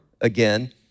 again